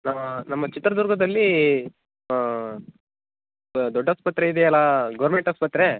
ನಮ್ಮ ಚಿತ್ರದುರ್ಗದಲ್ಲಿ ದೊಡ್ಡ ಆಸ್ಪತ್ರೆ ಇದೆಯಲ್ಲ ಗೌರ್ಮೆಂಟ್ ಆಸ್ಪತ್ರೆ